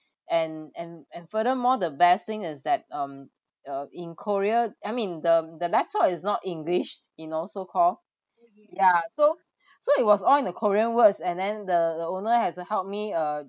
and and and furthermore the best thing is that um uh in korea I mean the the laptop is not english you know so call ya so so it was all in the korean words and then the the owner has to help me uh